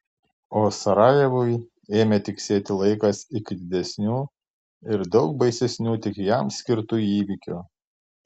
o sarajevui ėmė tiksėti laikas iki didesnių ir daug baisesnių tik jam skirtų įvykių